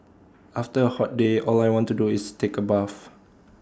after A hot day all I want to do is take A bath